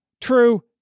True